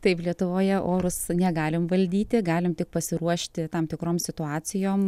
taip lietuvoje orus negalim valdyti galim tik pasiruošti tam tikrom situacijom